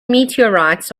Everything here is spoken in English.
meteorites